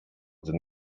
gdy